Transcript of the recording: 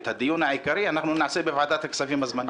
את הדיון העיקרי נעשה בוועדת הכספים הזמנית.